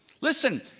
Listen